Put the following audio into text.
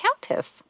countess